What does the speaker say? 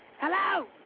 Hello